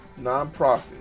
nonprofit